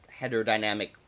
heterodynamic